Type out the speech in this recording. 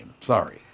Sorry